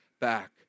back